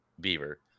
beaver